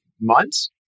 months